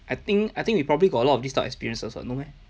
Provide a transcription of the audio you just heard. I think I think we probably got a lot of this type of experiences what no meh